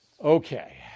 Okay